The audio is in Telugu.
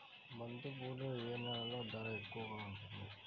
బంతిపూలు ఏ నెలలో ధర ఎక్కువగా ఉంటుంది?